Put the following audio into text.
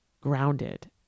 grounded